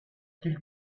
qu’il